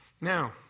Now